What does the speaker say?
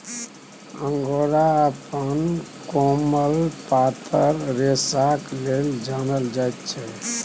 angora अपन कोमल पातर रेशाक लेल जानल जाइत छै